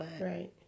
Right